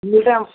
எங்கள்கிட்ட